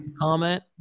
comment